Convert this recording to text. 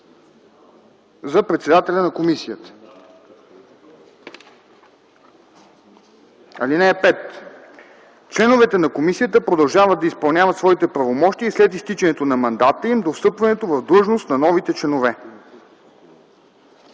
за председателя на комисията. (5) Членовете на комисията продължават да изпълняват своите правомощия и след изтичането на мандата им до встъпването в длъжност на новите членове.”